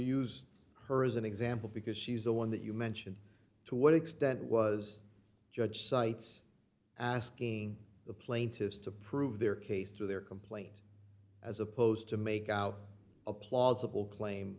use her as an example because she's the one dollar that you mention to what extent was judge cites asking the plaintiffs to prove their case through their complaint as opposed to make a plausible claim